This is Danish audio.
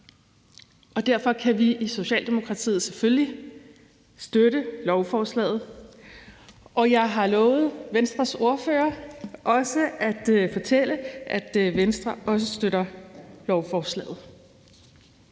og derfor kan vi i Socialdemokratiet selvfølgelig støtte lovforslaget. Jeg har lovet Venstres ordfører at fortælle, at Venstre også støtter lovforslaget.